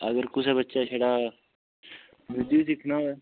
अगर कुसै बच्चे छड़ा म्यूजिक सिक्खना होऐ